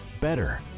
better